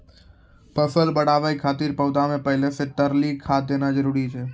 फसल बढ़ाबै खातिर पौधा मे पहिले से तरली खाद देना जरूरी छै?